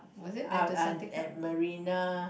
uh uh at marina